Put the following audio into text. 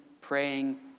praying